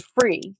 free